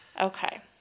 Okay